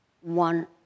One